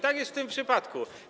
Tak jest w tym przypadku.